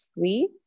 three